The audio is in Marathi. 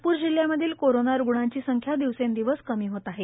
नागपूर जिल्ह्यामधील कोरोना रुग्णांची संख्या दिवसेंदिवस कमी होत आहे